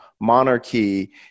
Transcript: monarchy